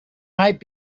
might